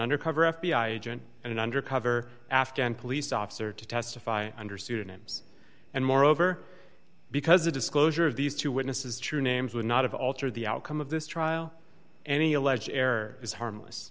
undercover f b i agent and an undercover afghan police officer to testify under pseudonyms and moreover because the disclosure of these two witnesses true names would not have altered the outcome of this trial any alleged error is harmless